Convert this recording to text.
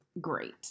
Great